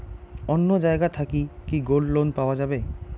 অন্য জায়গা থাকি কি গোল্ড লোন পাওয়া যাবে?